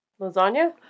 Lasagna